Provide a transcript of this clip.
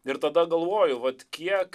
ir tada galvoju vat kiek